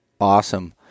awesome